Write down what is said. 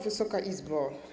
Wysoka Izbo!